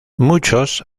muchos